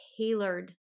tailored